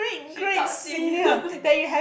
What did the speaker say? she thought senior